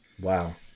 Wow